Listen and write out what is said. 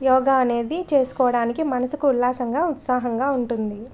యోగా అనేది చేసుకోవడానికి మనసుకు ఉల్లాసంగా ఉత్సాహంగా ఉంటుంది